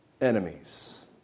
enemies